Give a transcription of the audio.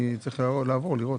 אני צריך לעבור על החומר ולראות.